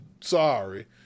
sorry